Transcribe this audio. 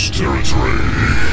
territory